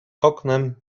oknem